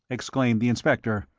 exclaimed the inspector.